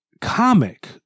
comic